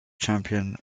champion